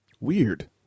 Weird